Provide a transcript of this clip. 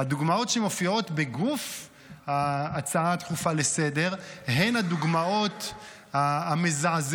הדוגמאות שמופיעות בגוף ההצעה הדחופה לסדר-היום הן דוגמאות מזעזעות,